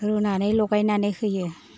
रुनानै लगायनानै होयो